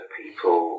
people